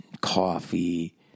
coffee